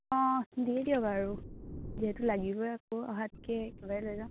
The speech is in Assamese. অ দি দিয়ক আৰু যিহেতু লাগিবই আকৌ অহাতকৈ একেবাৰে লৈ যাওঁ